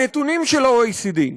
הנתונים של ה-OECD,